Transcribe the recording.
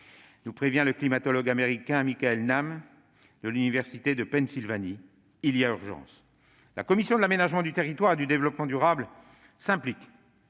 nous prévient le climatologue américain Michael Mann, de l'université de Pennsylvanie ; il y a urgence. La commission de l'aménagement du territoire et du développement durable s'implique